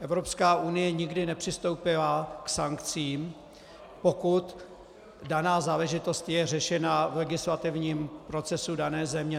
Evropská unie nikdy nepřistoupila k sankcím, pokud daná záležitost je řešena v legislativním procesu dané země.